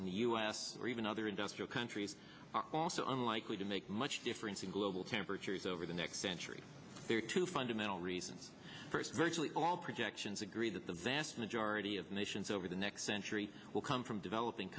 s or even other industrial countries are also unlikely to make much difference in global temperatures over the next century there are two fundamental reasons first virtually all projections agree that the vast majority of nations over the next century will come from developing